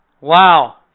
wow